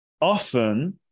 often